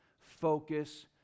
focus